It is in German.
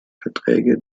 verträge